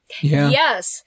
Yes